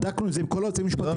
בדקנו את זה עם כל היועצים המשפטיים.